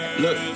Look